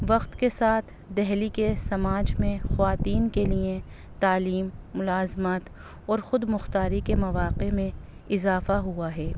وقت کے ساتھ دہلی کے سماج میں خواتین کے لیے تعلیم ملازمات اور خود مختاری کے مواقع میں اضافہ ہوا ہے